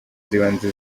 z’ibanze